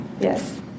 Yes